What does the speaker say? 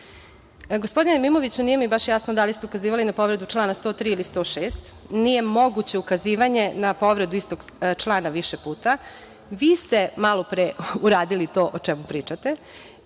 Imamoviću, nije mi baš jasno da li ste ukazivali na povredu člana 103. ili 106? Nije moguće ukazivanje na povredu istog člana više puta. Vi ste malopre uradili to o čemu pričate. Ne